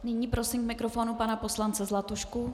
Nyní prosím k mikrofonu pana poslance Zlatušku.